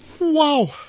Wow